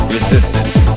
Resistance